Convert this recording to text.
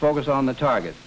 focus on the target